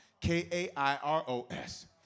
K-A-I-R-O-S